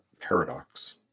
paradox